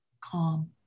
Calm